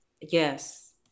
Yes